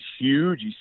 huge